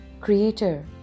creator